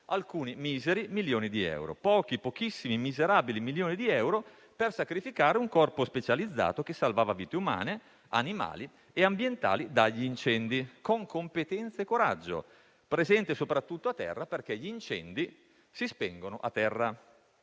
alcuni miseri milioni di euro; pochi, pochissimi, miserabili milioni di euro per sacrificare un corpo specializzato che salvava vite, umane e animali, e l'ambiente dagli incendi, con competenza e coraggio, presente soprattutto a terra, perché gli incendi si spengono a terra,